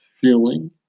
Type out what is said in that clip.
feeling